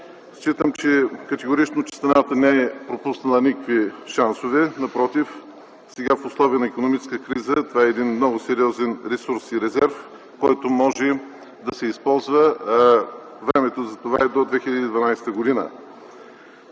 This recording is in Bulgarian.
Считам категорично, че страната не е пропуснала никакви шансове. Напротив, сега в условия на икономическа криза това е един много сериозен ресурс и резерв, който може да се използва. Времето за това е до 2012 г.